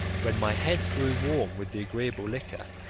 when my head grew warm with the agreeable liquor,